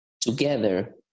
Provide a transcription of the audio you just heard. together